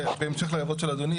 בהמשך להערות של אדוני,